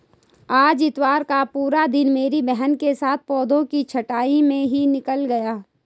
आज इतवार का पूरा दिन मेरी बहन के साथ पौधों की छंटाई में ही निकल गया